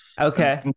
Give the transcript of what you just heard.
Okay